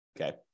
okay